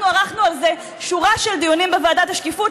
אנחנו ערכנו על זה שורה של דיונים בוועדת השקיפות,